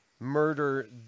murder